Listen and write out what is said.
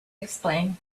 explain